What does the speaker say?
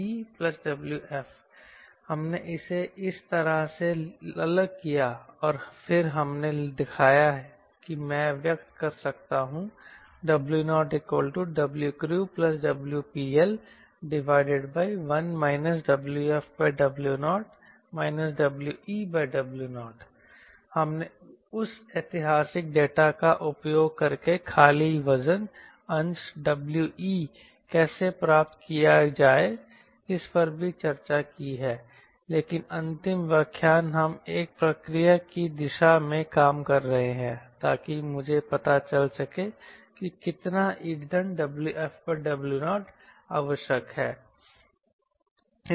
W0WcrewWPLWeWf हमने इसे इस तरह से अलग किया और फिर हमने दिखाया कि मैं व्यक्त कर सकता हूं W0WcrewWPL1 WfW0 WeW0 हमने उस ऐतिहासिक डेटा का उपयोग करके खाली वजन अंश We कैसे प्राप्त किया जाए इस पर भी चर्चा की है लेकिन अंतिम 2 व्याख्यान हम एक प्रक्रिया की दिशा में काम कर रहे हैं ताकि मुझे पता चल सके कि कितना ईंधन WfW0 आवश्यक है